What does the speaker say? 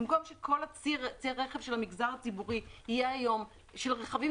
במקום שכל צי הרכב של המגזר הציבורי יהיה היום של רכבים